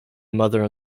mother